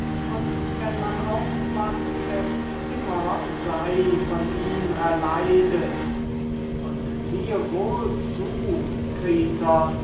und wenn man auch von ihm erleidet was es immer sei und siehe wohl zu kriton